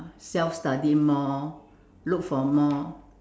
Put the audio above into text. self study more look for more